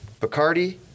Bacardi